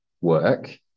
work